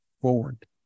forward